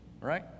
right